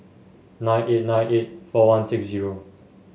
nine eight nine eight four one six zero